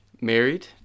married